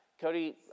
Cody